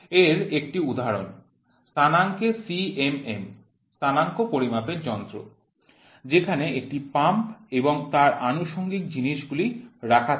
এর একটি উদাহরণ স্থানাঙ্কের CMM স্থানাঙ্ক পরিমাপের যন্ত্র যেখানে একটি পাম্প এবং তার আনুষঙ্গিক জিনিসগুলি রাখা থাকে